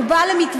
הוא בא למטווח,